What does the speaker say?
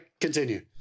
Continue